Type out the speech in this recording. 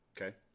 Okay